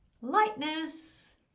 lightness